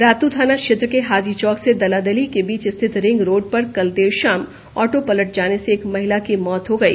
रातू थाना क्षेत्र के हाजी चौक से दलादिली के बीच स्थित रिंग रोड पर कल देर शाम ऑटो पलट जाने से एक महिला की मौत हो गई